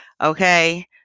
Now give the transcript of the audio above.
okay